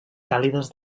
càlides